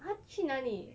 他去哪里